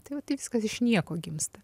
tai va taip viskas iš nieko gimsta